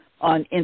on